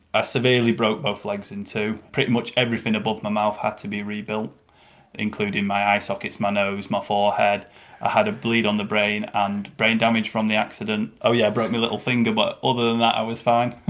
ah severely broke both legs in two, pretty much everything above my mouth had to be rebuilt including my eye sockets, my nose, my had ah had a bleed on the brain and brain damage from the accident. oh yeah, i broke my little finger but other than that i was fine!